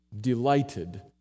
delighted